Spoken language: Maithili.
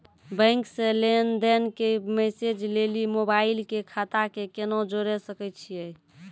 बैंक से लेंन देंन के मैसेज लेली मोबाइल के खाता के केना जोड़े सकय छियै?